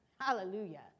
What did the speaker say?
Hallelujah